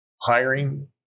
hiring